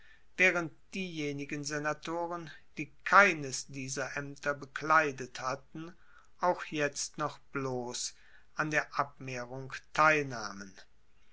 waehrend diejenigen senatoren die keines dieser aemter bekleidet hatten auch jetzt noch bloss an der abmehrung teilnahmen